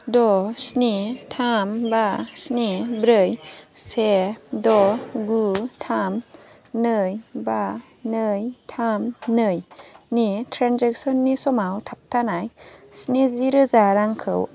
द' स्नि थाम बा स्नि ब्रै से द' गु थाम नै बा नै थाम नै नि ट्रेन्जेकसननि समाव थाबथानाय स्निजि रोजा रांखौ